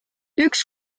üks